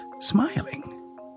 smiling